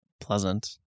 pleasant